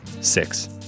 Six